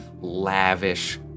lavish